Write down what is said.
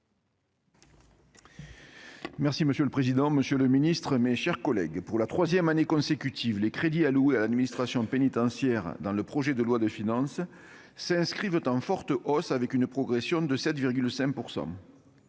avis. Monsieur le président, monsieur le ministre, mes chers collègues, pour la troisième année consécutive, les crédits alloués à l'administration pénitentiaire dans le projet de loi de finances s'inscrivent en forte hausse, avec une progression de 7,5 %.